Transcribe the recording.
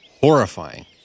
Horrifying